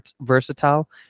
versatile